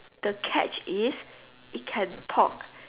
the catch is it can talk